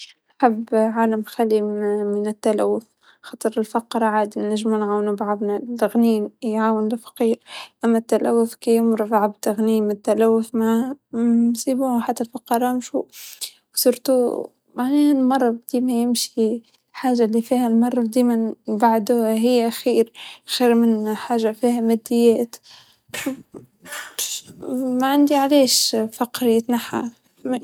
أكيد عالم خالي من التلوث لإنه ال-التلوث أوالتلوث لو أنه صار ما راح يكون في عالم أصلا تري مرة مضر، مرة يؤدي الوفاة بيأثر علينا احنا حتى لو إنه هاي الطبجة مو- مو طبجة فجيرة بت-بتلاحظ تأثير الملوثات عليها. لكن الفقر هذا العمل الجاد بيقضي عليه بس.